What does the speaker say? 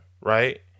right